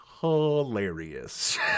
hilarious